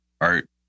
Art